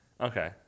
Okay